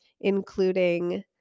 including